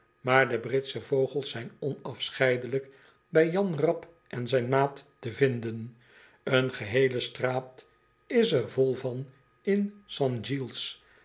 maar de britsche vogels zijn onafscheidelijk by jan rap en zijn maat te vinden een geheele straat is er vol van in st giles